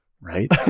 right